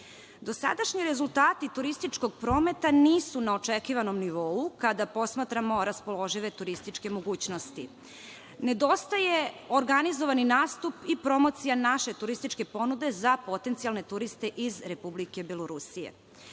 Dosadašnji rezultati turističkog prometa nisu na očekivanom nivou, kada posmatramo raspoložive turističke mogućnosti. Nedostaje organizovani nastup i promocija naše turističke ponude za potencijalne turiste iz Republike Belorusije.